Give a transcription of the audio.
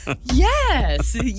yes